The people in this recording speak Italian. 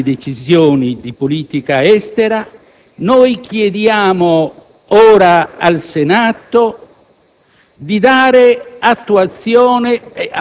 come si addice alle grandi decisioni di politica estera, chiediamo ora al Senato,